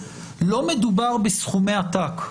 לא מדובר בסכומי עתק.